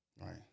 Right